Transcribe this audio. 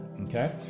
okay